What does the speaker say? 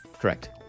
Correct